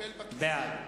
בעד